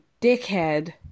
dickhead